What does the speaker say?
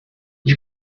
you